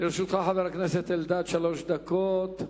חבר הכנסת אלדד, לרשותך שלוש דקות.